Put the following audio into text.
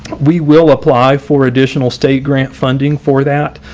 we will apply for additional state grant funding for that.